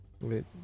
Wait